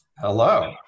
Hello